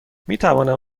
میتوانم